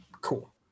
Cool